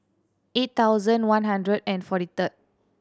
eight thousand one hundred and forty third